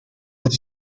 dat